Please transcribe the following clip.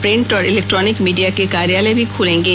print और electronic media के कार्यालय भी खुलेंगे